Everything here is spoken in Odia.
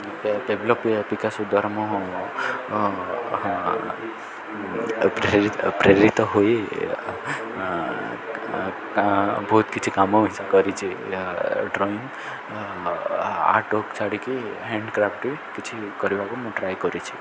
ଡେଭଲପ୍ ବିକାଶ ଦ୍ୱାରା ମୁଁ ପ୍ରେରି ପ୍ରେରିତ ହୋଇ ବହୁତ କିଛି କାମ ହିସା କରିଛି ଡ୍ରଇଂ ଆର୍ଟ ୱାର୍କ ଛାଡ଼ିକି ହ୍ୟାଣ୍ଡ କ୍ରାଫ୍ଟ କିଛି କରିବାକୁ ମୁଁ ଟ୍ରାଏ କରିଛି